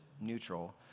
neutral